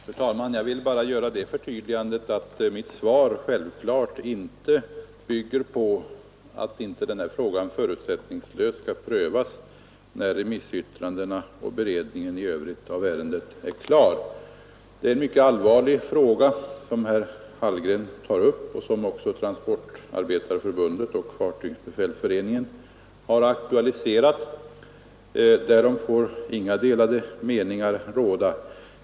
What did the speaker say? Fru talman! Jag vill bara göra det förtydligandet att mitt svar självfallet inte bygger på att den här frågan inte skulle prövas förutsättningslöst när remissyttrandena och beredningen i övrigt av ärendet är klara. Det är en mycket allvarlig fråga som herr Hallgren tar upp och som också Transportarbetareförbundet och Fartygsbefälsföreningen har aktualiserat, därom får inga delade meningar råda.